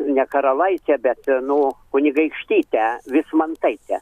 ne karalaitę bet nu kunigaikštytę vismantaitę